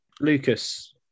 Lucas